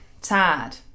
sad